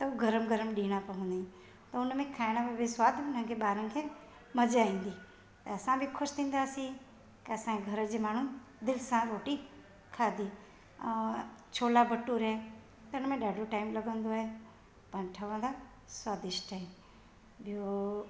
त हो गरम गरम ॾेअणा पवंदा आहिनि त उनमें खाइण में बि स्वादु उन्हनि खे ॿारनि खे मजा ईंदी त असां बि ख़ुशि थींदासी की असांजे घरु जा माण्हू दिलि सां रोटी खाधी अ छोला भठूरा त हुन में ॾाढो टाइम लॻंदो आहे पान ठवंदा स्वादिष्ट आहिनि ॿियो